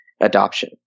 adoption